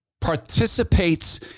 participates